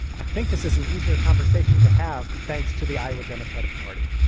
i think this is an easier conversation to have. thanks to the iowa democratic party,